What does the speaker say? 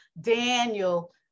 Daniel